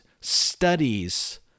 studies